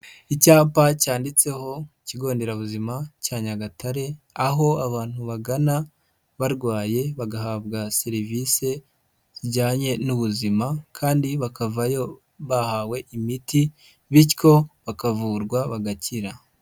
Icyapa cyanditseho kigo nderabuzima cya Nyagatare, aho abantu bagana barwaye bagahabwa serivisi zijyanye n'ubuzima, kandi bakavayo bahawe imiti bityo bakavurwa bagakira.